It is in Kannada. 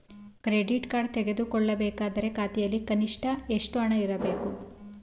ಕ್ರೆಡಿಟ್ ಕಾರ್ಡ್ ತೆಗೆದುಕೊಳ್ಳಬೇಕಾದರೆ ಖಾತೆಯಲ್ಲಿ ಕನಿಷ್ಠ ಎಷ್ಟು ಹಣ ಇರಬೇಕು?